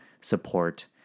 support